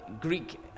Greek